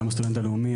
יום הסטודנט הלאומי,